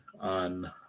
on